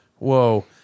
Whoa